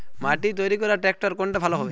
মাটি তৈরি করার ট্রাক্টর কোনটা ভালো হবে?